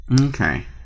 Okay